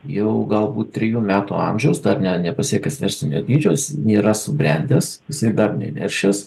jau galbūt trijų metų amžiaus dar nepasiekęs verslinio dydžio jis nėra subrendęs jisai dar neneršęs